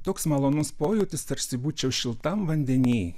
toks malonus pojūtis tarsi būčiau šiltam vandeny